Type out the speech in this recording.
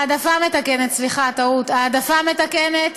העדפה מתקנת, סליחה, טעות: העדפה מתקנת.